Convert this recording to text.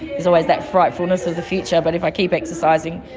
there's always that frightfulness of the future, but if i keep exercising,